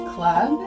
Club